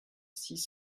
six